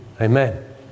Amen